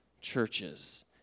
churches